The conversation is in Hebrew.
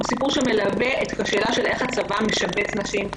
הוא סיפור שמלווה את השאלה איך הצבא משבץ נשים.